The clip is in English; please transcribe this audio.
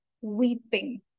weeping